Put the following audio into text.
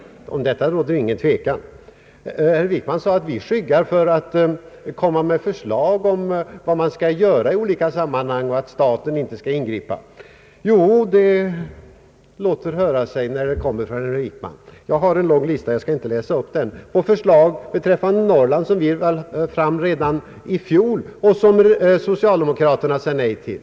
Det råder inte någon tvekan om den saken. Herr Wickman sade vidare att vi skyggar för att komma med förslag om vad som skall göras i olika sammanhang därför att vi inte vill att staten skall ingripa. Och sådana ord skall man få höra från herr Wickman. Jag har en lång lista på förslag från vår sida, som jag inte skall läsa upp nu. Men den upptar förslag beträffande Norrland som vi lade fram redan i fjol och som socialdemokraterna sade nej till.